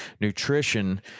nutrition